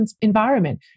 environment